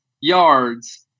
yards